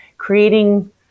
Creating